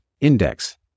index